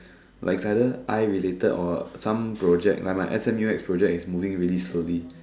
like is either eye related or some project like my S_M_U X project is moving really slowly